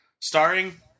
Starring